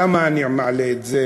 למה אני מעלה את זה